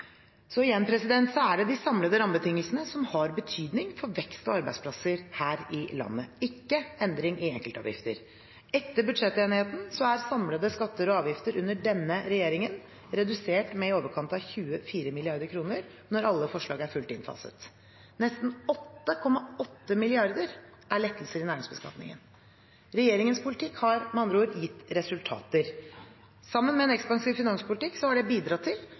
Igjen: Det er de samlede rammebetingelsene som har betydning for vekst og arbeidsplasser her i landet, ikke endring i enkeltavgifter. Etter budsjettenigheten er samlede skatter og avgifter under denne regjeringen redusert med i overkant av 24 mrd. kr når alle forslag er fullt innfaset. Nesten 8,8 mrd. kr er lettelser i næringsbeskatningen. Regjeringens politikk har med andre ord gitt resultater. Sammen med en ekspansiv finanspolitikk har det bidratt til